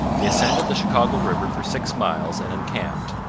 they ascended the chicago river for six miles and encamped.